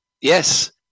yes